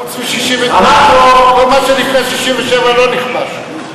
חוץ, אנחנו, כל מה שלפני 67' לא נכבש.